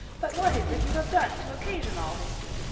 but what is it you have done to occasion all this?